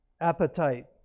Appetite